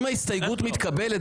אם ההסתייגות מתקבלת,